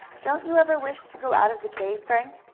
don't you ever wish to go out of the cave, frank?